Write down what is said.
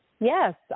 Yes